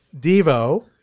Devo